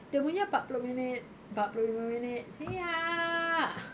dia punya empat puluh minit empat puluh lima minit siak